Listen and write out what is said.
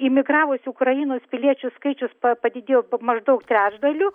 imigravusių ukrainos piliečių skaičius pa padidėjo maždaug trečdaliu